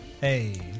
Hey